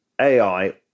AI